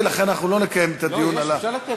אבל זה לא הסיפור האמיתי.